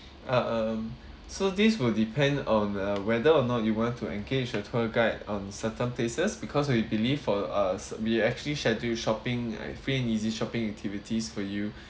uh um so this will depend on uh whether or not you want to engage a tour guide on certain places because we believe for us we actually scheduled shopping uh easy shopping activities for you